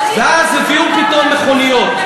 ואז הביאו פתאום מכוניות.